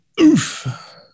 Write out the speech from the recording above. Oof